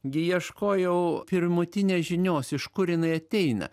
gi ieškojau pirmutinės žinios iš kur jinai ateina